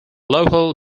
local